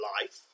life